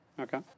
okay